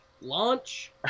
Launch